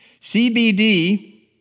CBD